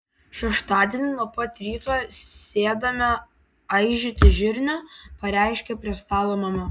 šeštadienį nuo pat ryto sėdame aižyti žirnių pareiškė prie stalo mama